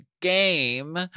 game